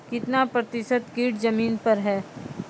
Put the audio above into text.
कितना प्रतिसत कीट जमीन पर हैं?